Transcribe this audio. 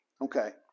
Okay